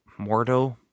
Mordo